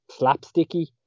slapsticky